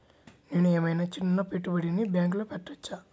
నేను ఏమయినా చిన్న పెట్టుబడిని బ్యాంక్లో పెట్టచ్చా?